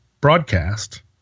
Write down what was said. broadcast